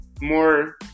more